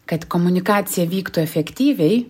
kad komunikacija vyktų efektyviai